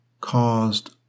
caused